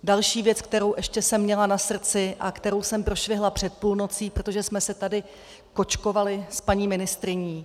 Další věc, kterou ještě jsem měla na srdci a kterou jsem prošvihla před půlnocí, protože jsme se tady kočkovaly s paní ministryní.